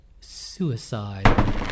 suicide